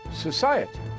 society